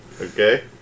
okay